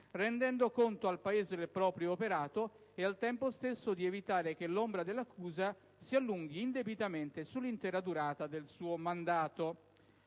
rendendo conto al Paese del proprio operato e al tempo stesso di evitare che l'ombra dell'accusa si allunghi indebitamente sull'intera durata del suo mandato».